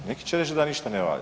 Neki će reći da ništa ne valja.